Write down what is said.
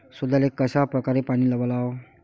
सोल्याले कशा परकारे पानी वलाव?